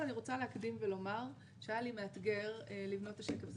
להקדים ולומר שהיה לי מאתגר לבנות את השקף הזה,